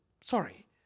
sorry